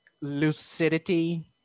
lucidity